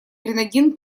гренадин